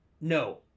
No